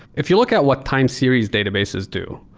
if you look at what time series databases do,